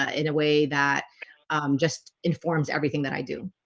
ah in a way that just informs everything that i do